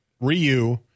Ryu